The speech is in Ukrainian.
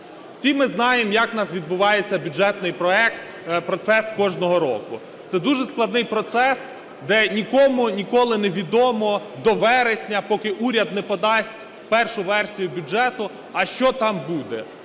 Всі ми знаємо, як у нас відбувається бюджетний процес кожного року. Це дуже складний процес, де нікому ніколи невідомо до вересня, поки уряд не подасть першу версію бюджету, а що там буде,